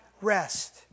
rest